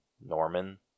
Norman